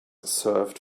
serve